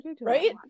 Right